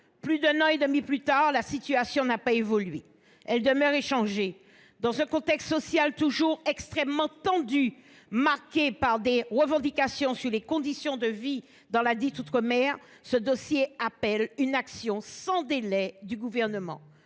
Plus d’un an et demi plus tard, la situation n’a pas évolué, elle demeure inchangée. Dans un contexte social toujours extrêmement tendu, marqué par des revendications relatives aux conditions de vie dans ladite outre mer, ce dossier appelle une action sans délai de la part